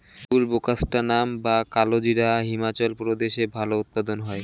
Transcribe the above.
বুলবোকাস্ট্যানাম বা কালোজিরা হিমাচল প্রদেশে ভালো উৎপাদন হয়